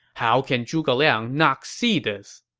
how can zhuge liang not see this?